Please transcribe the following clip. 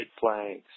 flags